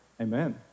Amen